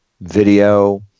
video